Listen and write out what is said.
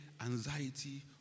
anxiety